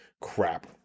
Crap